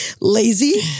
Lazy